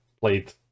played